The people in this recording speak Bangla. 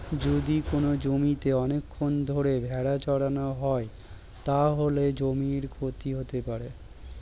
যদি কোনো জমিতে অনেকক্ষণ ধরে ভেড়া চড়ানো হয়, তাহলে জমির ক্ষতি হতে পারে